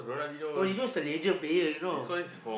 Robinho is a legend player you know